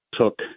took